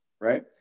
Right